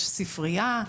יש ספרייה,